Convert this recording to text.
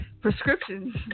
prescriptions